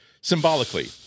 symbolically